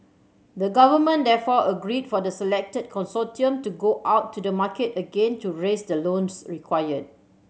the government therefore agreed for the selected consortium to go out to the market again to raise the loans required